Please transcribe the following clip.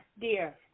dear